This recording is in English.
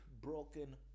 broken